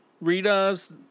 Rita's